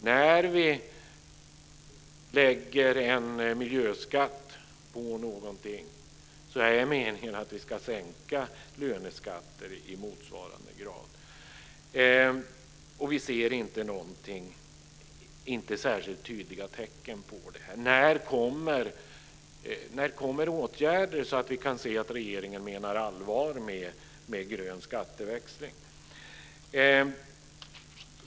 När vi lägger en miljöskatt på någonting är meningen att vi ska sänka löneskatter i motsvarande grad. Vi ser inte särskilt tydliga tecken på det. När kommer åtgärder så att vi kan se att regeringen menar allvar med grön skatteväxling?